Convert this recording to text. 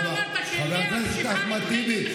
תודה רבה, חבר הכנסת אחמד טיבי.